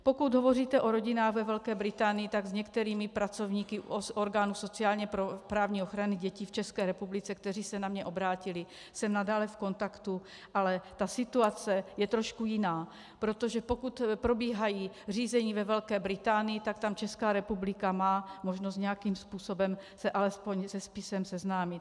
Pokud hovoříte o rodinách ve Velké Británii, tak s některými pracovníky orgánů sociálněprávní ochrany dětí v ČR, kteří se na mě obrátili, jsem nadále v kontaktu, ale ta situace je trošku jiná, protože pokud probíhají řízení ve Velké Británii, tak tam Česká republika má možnost nějakým způsobem se alespoň se spisem seznámit.